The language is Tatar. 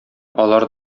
алар